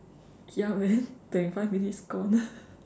ya man twenty five minutes gone